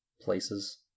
places